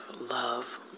love